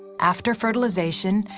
after fertilization,